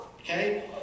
Okay